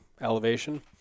elevation